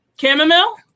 Chamomile